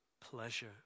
pleasure